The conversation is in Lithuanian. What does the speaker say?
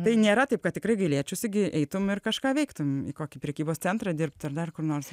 tai nėra taip kad tikrai gailėčiausi gi eitum ir kažką veiktum į kokį prekybos centrą dirbt ar dar kur nors